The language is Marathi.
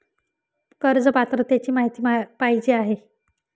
कर्ज पात्रतेची माहिती पाहिजे आहे?